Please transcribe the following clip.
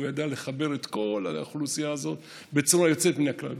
והוא ידע לחבר את כל האוכלוסייה הזאת בצורה יוצאת מן הכלל.